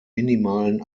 minimalen